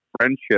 friendship